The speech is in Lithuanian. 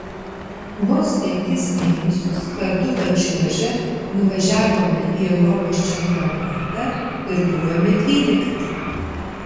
vos penkis mėnesius kartu pačiuožę nuvažiavome į europos čempionatą ir buvome dvylikti